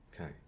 Okay